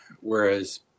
whereas